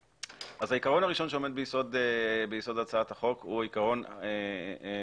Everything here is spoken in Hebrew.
העיקרון הראשון שעומד ביסוד הצעת החוק הוא עיקרון השקיפות,